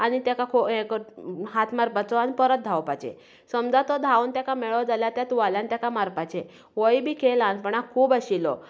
आनी तेका खो हें हात मारपाचो आनी परत धावपाचें समजा तो धांवन तेका मेळो जाल्यार त्या तुवाल्यान तेका मारपाचें होय बी खेळ ल्हानपणान खूब आशिल्लो